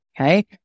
okay